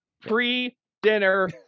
pre-dinner